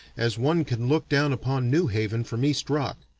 as one can look down upon new haven from east rock,